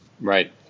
Right